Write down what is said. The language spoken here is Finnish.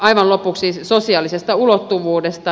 aivan lopuksi sosiaalisesta ulottuvuudesta